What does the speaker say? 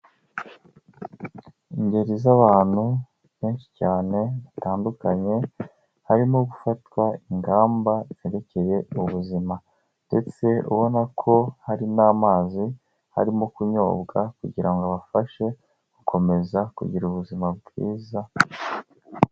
Ingeri z'abantu benshi cyane batandukanye, harimo gufatwa ingamba zerekeye ubuzima ndetse ubona ko hari n'amazi arimo kunyobwa kugira ngo abafashe gukomeza kugira ubuzima bwiza.